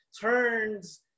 turns